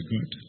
God